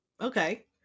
Okay